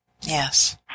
Yes